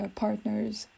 partner's